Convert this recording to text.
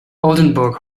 oldenburg